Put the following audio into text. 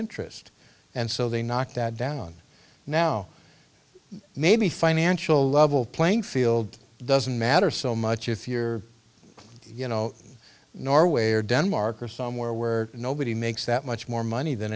interest and so they knock that down now maybe financial level playing field doesn't matter so much if you're you know norway or denmark or somewhere where nobody makes that much more money than